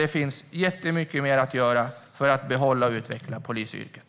Det finns mycket mer att göra för att behålla och utveckla poliser i yrket.